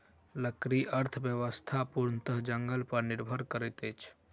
लकड़ी अर्थव्यवस्था पूर्णतः जंगल पर निर्भर करैत अछि